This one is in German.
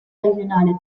regionale